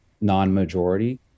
non-majority